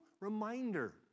reminder